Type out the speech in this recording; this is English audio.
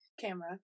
camera